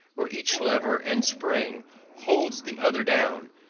where each lever and spring holds the other down,